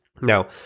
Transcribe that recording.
Now